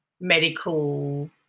medical